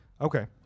Okay